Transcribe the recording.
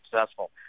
successful